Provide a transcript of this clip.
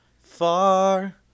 Far